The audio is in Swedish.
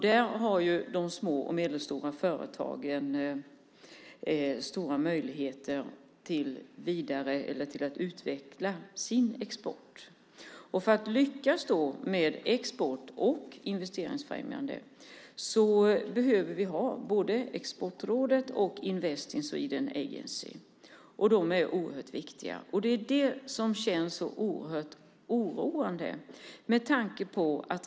Där har de små och medelstora företagen stora möjligheter att utveckla sin export. För att lyckas med export och investeringsfrämjande behöver vi ha både Exportrådet och Invest in Sweden Agency. De är oerhört viktiga. Det är det som känns så oroande.